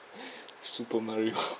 super mario